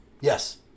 Yes